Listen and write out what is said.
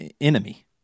enemy